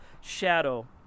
shadow